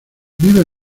vive